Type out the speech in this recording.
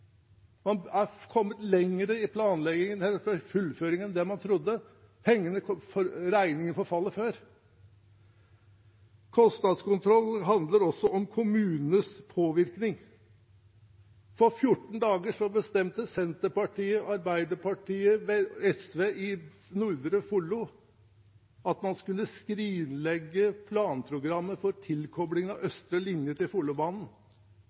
Man er kommet lenger i fullføringen enn det man trodde, regningen forfaller før. Kostnadskontroll handler også om kommunenes påvirkning. For 14 dager siden bestemte Senterpartiet, Arbeiderpartiet og SV i Nordre Follo at man skulle skrinlegge planprogrammet for tilkoblingen av Østre linje til Follobanen,